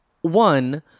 one